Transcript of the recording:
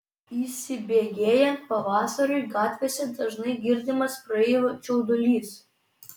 įsibėgėjant pavasariui gatvėse dažnai girdimas praeivių čiaudulys